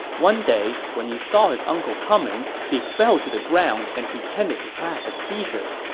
one day, when he saw his uncle coming, he fell to the ground and pretended to have a seizure.